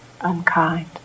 unkind